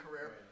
career